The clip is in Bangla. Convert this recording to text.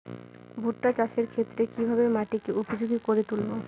ভুট্টা চাষের ক্ষেত্রে কিভাবে মাটিকে উপযোগী করে তুলবো?